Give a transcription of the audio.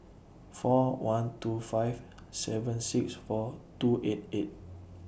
four one two five seven six four two eight eight